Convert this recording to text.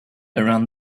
around